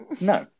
No